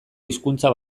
hizkuntza